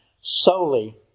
solely